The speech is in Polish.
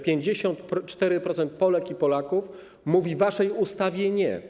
54% Polek i Polaków mówi waszej ustawie: nie.